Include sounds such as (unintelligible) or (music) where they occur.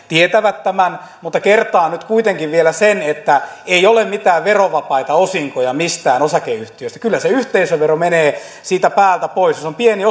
(unintelligible) tietävät tämän mutta kertaan nyt kuitenkin vielä sen että ei ole mitään verovapaita osinkoja mistään osakeyhtiöstä kyllä se yhteisövero menee siitä päältä pois jos on pieni (unintelligible)